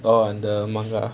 oh the maanga